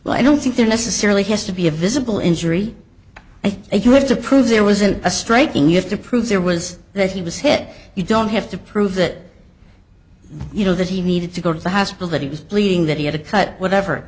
law i don't think there necessarily has to be a visible injury i think you have to prove there wasn't a striking you have to prove there was that he was hit you don't have to prove that you know that he needed to go to the hospital that he was bleeding that he had a cut whatever